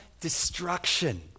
destruction